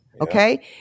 Okay